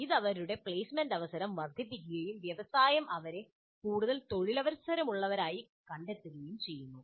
ഇത് അവരുടെ പ്ലെയ്സ്മെന്റ് അവസരം വർദ്ധിപ്പിക്കുകയും വ്യവസായം അവരെ കൂടുതൽ തൊഴിലവസരമുള്ളവരായി കണ്ടെത്തുകയും ചെയ്യുന്നു